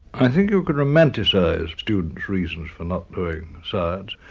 i think you could romanticise students' reasons for not doing science.